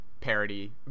parody